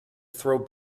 throw